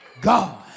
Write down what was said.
God